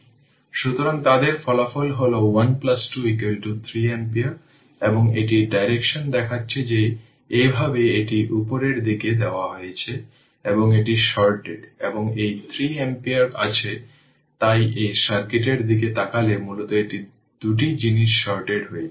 সুতরাং তাদের ফলাফল হল 1 2 3 অ্যাম্পিয়ার এবং এটি ডাইরেকশন দেখাচ্ছে যে এইভাবে এটি উপরের দিকে দেওয়া হয়েছে এবং এটি শর্টেড এবং এই 3 অ্যাম্পিয়ার আছে তাই এই সার্কিটের দিকে তাকালে মূলত এই দুটি জিনিস শর্টেড হয়েছে